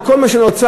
שכל מה שנוצר,